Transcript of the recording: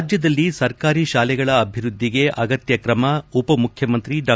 ರಾಜ್ಞದಲ್ಲಿ ಸರ್ಕಾರಿ ಶಾಲೆಗಳ ಅಭಿವೃದ್ದಿಗೆ ಅಗತ್ಯ ಕ್ರಮ ಉಪ ಮುಖ್ಯಮಂತ್ರಿ ಡಾ